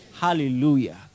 Hallelujah